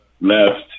left